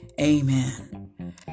amen